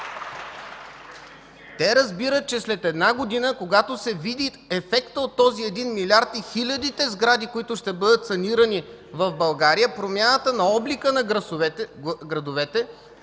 Те разбират, че след една година, когато се види ефектът от този 1 милиард – хилядите сгради, които ще бъдат санирани в България, промяната на облика на градовете,